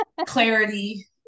clarity